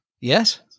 Yes